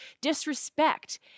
disrespect